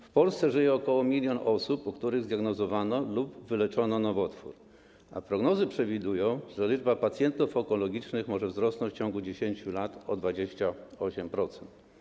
W Polsce żyje ok. 1 mln osób, u których zdiagnozowano lub wyleczono nowotwór, a prognozy przewidują, że liczba pacjentów onkologicznych może wzrosnąć w ciągu 10 lat o 28%.